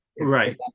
right